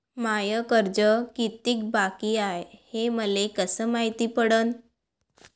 माय कर्ज कितीक बाकी हाय, हे मले कस मायती पडन?